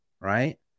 right